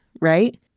right